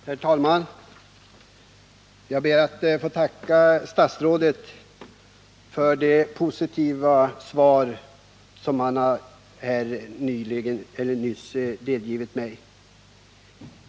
Herr talman! Jag ber att få tacka statsrådet för det positiva svar som han här har delgivit mig.